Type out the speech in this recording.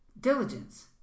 Diligence